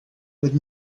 would